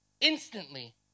Instantly